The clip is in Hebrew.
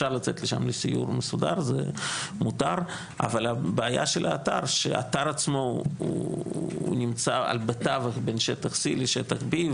אבל הבעיה של האתר שהאתר עצמו הוא נמצא בתווך בין שטח C לשטח B,